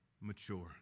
mature